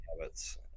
habits